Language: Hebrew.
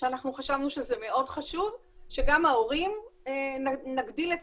שאנחנו חשבנו שזה מאוד חשוב שגם אצל ההורים נגדיל את